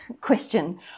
question